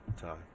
time